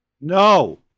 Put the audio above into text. No